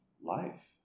life